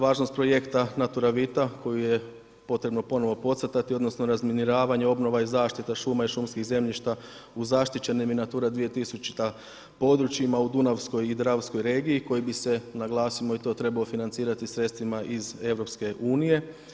Važnost projekta Naturavita koju je potrebno ponovno podcrtati, odnosno razminiranje, obnova i zaštita šuma i šumskih zemljišta u zaštićenim i Natura 2000. područjima u dunavskoj i dravskoj regiji koji bi se, naglasimo i to, trebao financirati sredstvima iz EU.